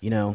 you know